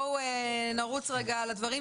בואו נרוץ רגע על הדברים,